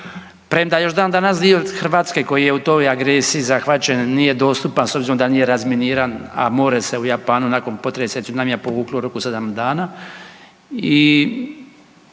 premda još dan danas dio Hrvatske koji je u toj agresiji zahvaćen nije dostupan s obzirom da nije razminiran, a more se u Japanu nakon potresa i cunamija povuklo u roku 7 dana